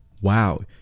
wow